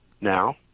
Now